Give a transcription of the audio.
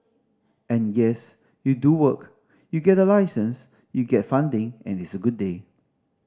and yes you do work you get a license you get funding and it's a good day